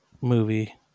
movie